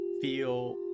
feel